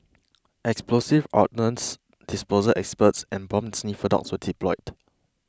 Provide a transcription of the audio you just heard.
explosives ordnance disposal experts and bomb sniffer dogs were deployed